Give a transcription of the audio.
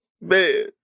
Man